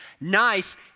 Nice